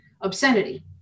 obscenity